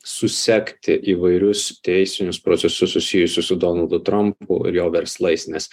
susekti įvairius teisinius procesus susijusius su donaldu trampu ir jo verslais nes